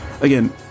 Again